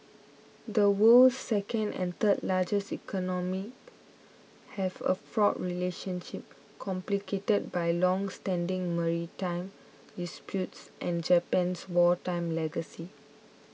the world's second and third largest economies have a fraught relationship complicated by longstanding maritime disputes and Japan's wartime legacy